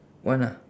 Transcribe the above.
one ah